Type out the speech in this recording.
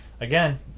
again